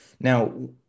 Now